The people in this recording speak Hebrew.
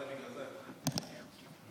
אדוני היושב-ראש.